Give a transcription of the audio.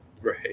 Right